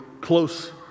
close